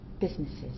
businesses